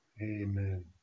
amen